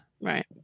Right